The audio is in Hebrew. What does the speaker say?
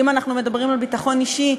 אם אנחנו מדברים על ביטחון אישי,